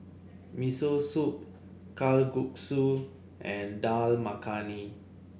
Miso Soup Kalguksu and Dal Makhani